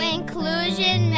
Inclusion